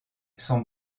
son